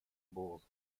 bulls